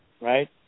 right